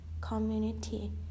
Community